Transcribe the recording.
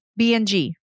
BNG